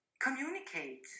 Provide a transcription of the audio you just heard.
communicate